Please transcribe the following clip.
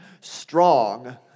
strong